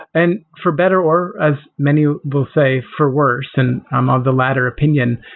and for better or as many will say, for worse, and i'm of the latter opinion,